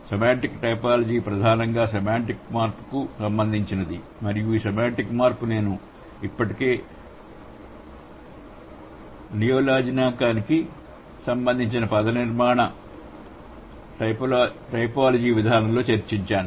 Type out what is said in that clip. semantic typology ప్రధానంగా semantic మార్పుకు సంబంధించినది మరియు ఈ సెమాంటిక్ మార్పు నేను ఇప్పటికే నియోలాజిజానికి సంబంధించిన పదనిర్మాణ టైపోలాజీ విభాగంలో చర్చించాను